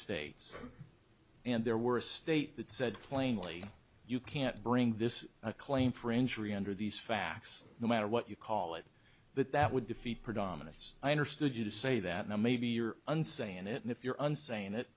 states and there were a state that said plainly you can't bring this claim for injury under these facts no matter what you call it but that would defeat predominates i understood you to say that now maybe you're unsane and if you're on saying it